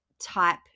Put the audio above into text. type